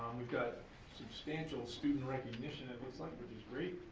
we've got substantial student recognition it looks like which is great.